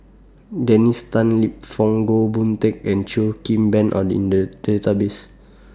Dennis Tan Lip Fong Goh Boon Teck and Cheo Kim Ban Are in The Database